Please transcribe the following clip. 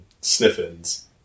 Sniffins